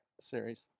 series